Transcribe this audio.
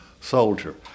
Soldier